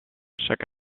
chaque